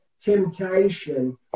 temptation